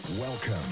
Welcome